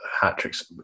hat-tricks